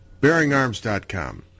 BearingArms.com